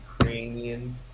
Ukrainian